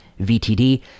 VTD